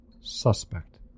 suspect